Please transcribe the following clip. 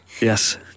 Yes